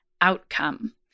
outcome